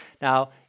Now